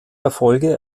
erfolge